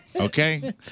okay